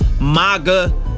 MAGA